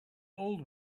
old